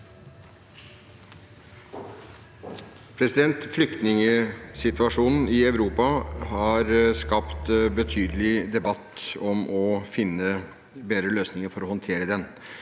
Flyktningsitua- sjonen i Europa har skapt betydelig debatt om å finne bedre løsninger for å håndtere den: